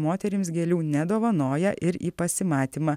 moterims gėlių nedovanoja ir į pasimatymą